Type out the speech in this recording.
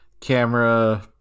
Camera